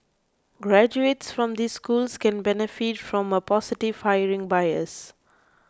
graduates from these schools can benefit from a positive hiring bias